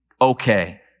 okay